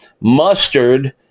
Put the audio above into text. mustard